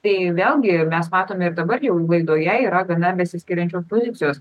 tai vėlgi mes matome ir dabar jau laidoje yra gana besiskiriančios pozicijos